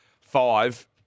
five